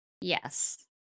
Yes